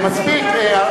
חבר הכנסת יריב לוין, מספיק.